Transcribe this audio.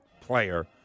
player